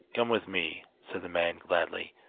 come with me said the man gladly,